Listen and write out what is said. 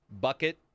bucket